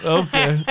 okay